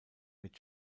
mit